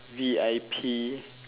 V_I_P